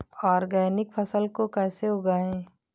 Organic फसल को कैसे उगाएँ?